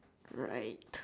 right